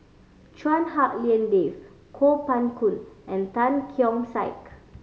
Chua Hak Lien Dave Kuo Pao Kun and Tan Keong Saik